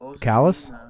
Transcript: Callus